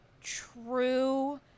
true